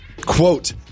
quote